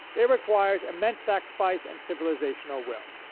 it requires immense sacrifice and civilizational will.